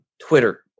twitter